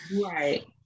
Right